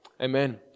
Amen